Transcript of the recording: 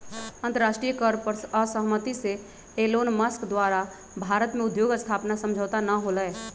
अंतरराष्ट्रीय कर पर असहमति से एलोनमस्क द्वारा भारत में उद्योग स्थापना समझौता न होलय